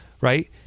right